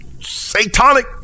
satanic